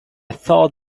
thought